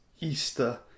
Easter